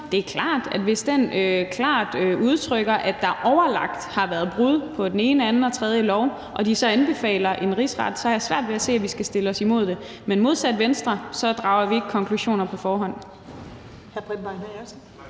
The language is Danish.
Det er klart, at jeg, hvis den klart udtrykker, at der overlagt har været brud på den ene, anden og tredje lov, og de så anbefaler en rigsret, så har svært ved at se, at vi skal være imod det. Men modsat Venstre drager vi ikke konklusioner på forhånd.